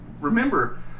remember